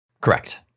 Correct